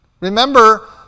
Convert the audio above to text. Remember